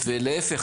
ולהפך,